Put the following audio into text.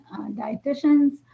dietitians